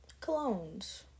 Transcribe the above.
Colognes